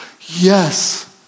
yes